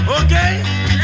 Okay